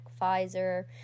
Pfizer